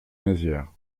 mézières